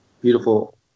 beautiful